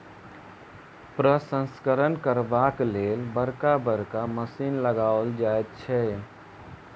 प्रसंस्करण करबाक लेल बड़का बड़का मशीन लगाओल जाइत छै